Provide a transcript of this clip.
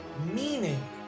meaning